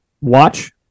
watch